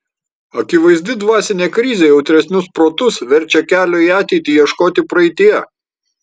akivaizdi dvasinė krizė jautresnius protus verčia kelio į ateitį ieškoti praeityje